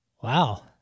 Wow